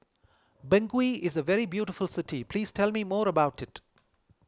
Bangui is a very beautiful city please tell me more about it